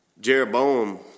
Jeroboam